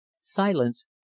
Silence